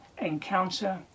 encounter